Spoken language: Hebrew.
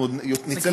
אנחנו נצא למכרז,